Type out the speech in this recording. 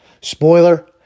Spoiler